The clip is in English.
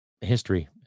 history